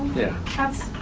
yeah. that's.